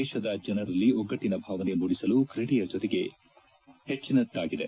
ದೇಶದ ಜನರಲ್ಲಿ ಒಗ್ಗಟ್ಟನ ಭಾವನೆ ಮೂಡಿಸಲು ಕ್ರೀಡೆಯ ಕೊಡುಗೆ ಹೆಚ್ಷಿನದ್ದಾಗಿದೆ